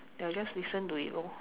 I'll just listen to it lor